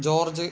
George